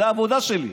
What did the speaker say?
זו העבודה שלי.